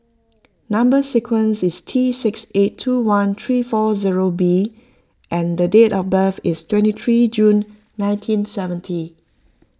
Number Sequence is T six eight two one three four zero B and date of birth is twenty three June nineteen seventy